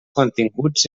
continguts